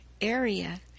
Area